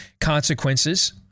consequences